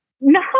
no